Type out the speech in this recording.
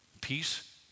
Peace